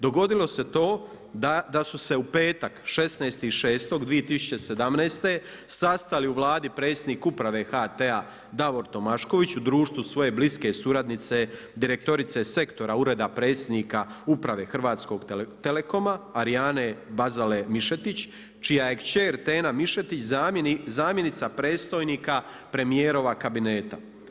Dogodilo se to da su se u petak 16.6.2017. sastali u Vladi predsjednik uprave HT-a Davor Tomašković u društvu svoje bliske suradnice direktorice Sektora Ureda predsjednika Uprave Hrvatskog telekoma Arijane Bazale Mišetić čija je kćer Tena Mišetić zamjenica predstojnika premijerova kabineta.